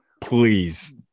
Please